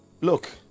Look